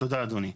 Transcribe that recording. תודה אדוני.